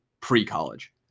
pre-college